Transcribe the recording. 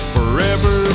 Forever